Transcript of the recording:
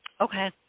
Okay